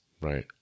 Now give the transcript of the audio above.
Right